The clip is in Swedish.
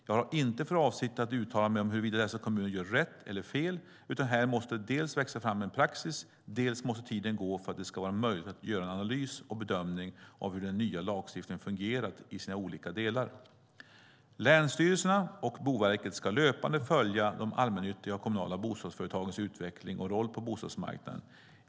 Jag har inte för avsikt att uttala mig om huruvida dessa kommuner gör rätt eller fel, utan här måste det dels växa fram en praxis, dels måste tiden gå för att det ska vara möjligt att göra en analys och bedömning av hur den nya lagstiftningen fungerat i sina olika delar. Länsstyrelserna och Boverket ska löpande följa de allmännyttiga och kommunala bostadsföretagens utveckling och roll på bostadsmarknaden.